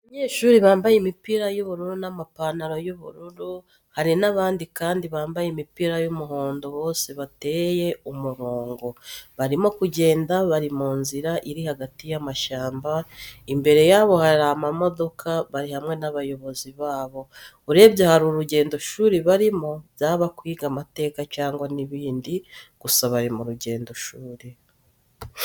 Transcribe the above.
Abanyeshuri bambaye imipira y'ubururu n'amapantaro y'ubururu, hari n'abandi kandi bamabaye imipira y'umuhondo bose bateye umurungo, barimo kugenda bari mu nzira iri hagati y'amashyamba, imbere yabo hari amamodoka, bari hamwe n'abayobozi babo, urebye hari urugendoshuri barimo, byaba kwiga amateka cyangwa n'ibindi gusa bari mu rugendeshuri.